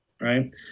right